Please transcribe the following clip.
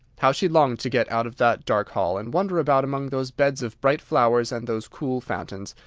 how she longed to get out of that dark hall, and wander about among those beds of bright flowers and those cool fountains,